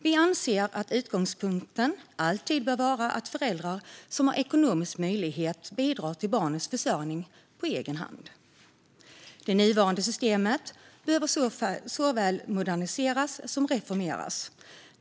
Vi anser att utgångspunkten alltid bör vara att föräldrar som har ekonomisk möjlighet ska bidra till barnens försörjning på egen hand. Det nuvarande systemet behöver såväl moderniseras som reformeras.